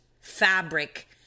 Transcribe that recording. fabric